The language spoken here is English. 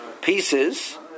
pieces